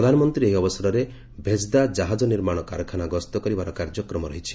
ପ୍ରଧାନମନ୍ତ୍ରୀ ଏହି ଅବସରରେ ଭେଜ୍ଦା କାହାଜ ନିର୍ମାଣ କାରଖାନା ଗସ୍ତ କରିବାର କାର୍ଯ୍ୟକ୍ରମ ରହିଛି